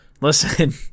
listen